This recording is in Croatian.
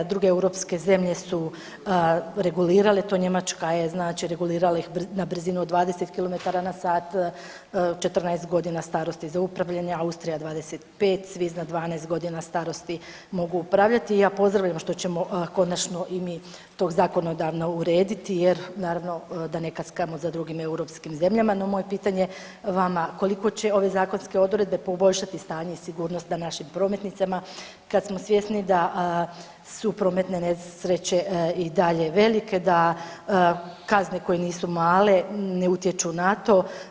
Druge europske zemlje su regulirale to, Njemačka je znači regulirala ih na brzinu od 20 km/h, 14 godina starosti za upravljanje, Austrija 25, svi iznad 12 godina starosti mogu upravljati, ja pozdravljam što ćemo konačno i mi to zakonodavno urediti jer naravno, da ne kaskamo za drugim europskim zemljama, no, moje pitanje vama, koliko će ove zakonske odredbe poboljšati stanje i sigurnost na našim prometnicama kad smo svjesni da su prometne nesreće i dalje velike, da kazne koje nisu male ne utječu na to.